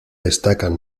destacan